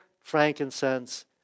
frankincense